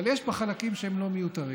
אבל יש בה חלקים שהם לא מיותרים.